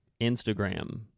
Instagram